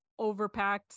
overpacked